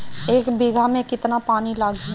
एक बिगहा में केतना पानी लागी?